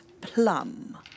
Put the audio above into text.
Plum